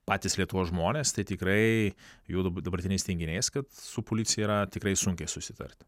patys lietuvos žmonės tai tikrai juolab dabartiniais teiginiais kad su policija yra tikrai sunkiai susitart